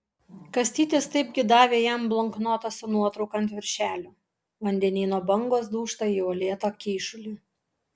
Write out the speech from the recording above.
kastytis taipgi davė jam bloknotą su nuotrauka ant viršelio vandenyno bangos dūžta į uolėtą kyšulį